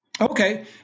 Okay